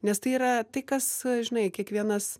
nes tai yra tai kas žinai kiekvienas